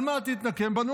על מה תתנקם בנו?